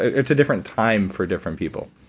it's a different time for different people.